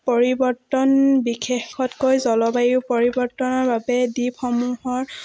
পৰিৱৰ্তন বিশেষতকৈ জলবায়ু পৰিৱৰ্তনৰ বাবে দ্বীপসমূহৰ